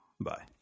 Bye